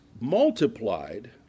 multiplied